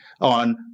on